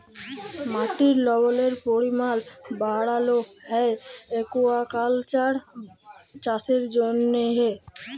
মাটির লবলের পরিমাল বাড়ালো হ্যয় একুয়াকালচার চাষের জ্যনহে